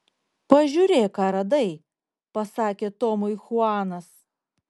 pažiūrėk ką radai pasakė tomui chuanas